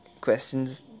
Questions